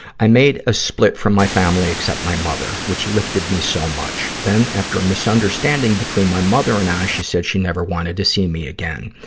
i made a split from my family except my mother, which lifted me so much. then, after misunderstanding between my mother and i, she said she never wanted to see me again.